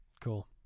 Cool